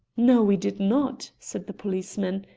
no, we did not, said the policeman,